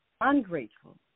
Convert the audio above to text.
ungrateful